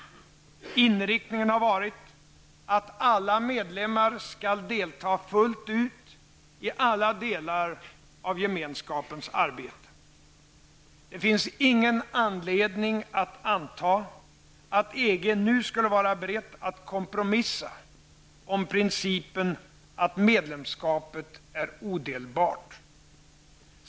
Inriktningen har varit att alla medlemmar skall delta fullt ut i alla delar av Gemenskapens arbete. Det finns ingen anledning att anta att EG nu skulle vara berett att kompromissa om principen att medlemskap är odelbart.